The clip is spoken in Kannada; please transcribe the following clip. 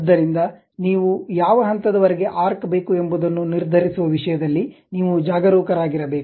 ಆದ್ದರಿಂದ ನೀವು ಯಾವ ಹಂತದ ವರೆಗೆ ಆರ್ಕ್ ಬೇಕು ಎಂಬುದನ್ನು ನಿರ್ಧರಿಸುವ ವಿಷಯದಲ್ಲಿ ನೀವು ಜಾಗರೂಕರಾಗಿರಬೇಕು